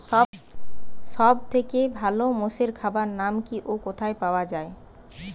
সব থেকে ভালো মোষের খাবার নাম কি ও কোথায় পাওয়া যায়?